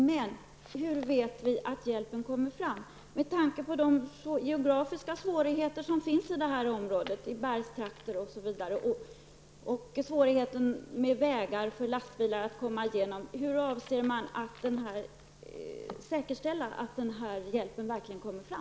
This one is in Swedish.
Men hur vet vi att hjälpen kommer fram med tanke på de geografiska svårigheter som finns i området med bergstrakter osv., och med svårigheter för lastbilar att komma fram på vägar? Hur avser man säkerställa att hjälpen verkligen kommer fram?